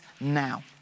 now